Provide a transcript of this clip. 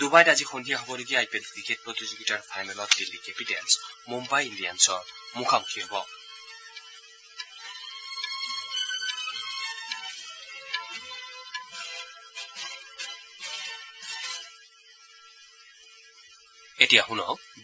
ডুবাইত আজি সন্ধিয়া হ'বলগীয়া আই পি এল ক্ৰিকেট প্ৰতিযোগিতাৰ ফাইনেলত দিল্লী কেপিটেলছ মুম্বাই ইণ্ডিয়ানছৰ মুখামুখি হ'ব